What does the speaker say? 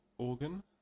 organ